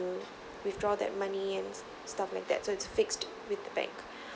withdraw that money and stuff like that so it's fixed with the bank